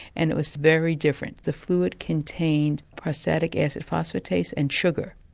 and it was very different the fluid contained prostatic acid phosphatases and sugar,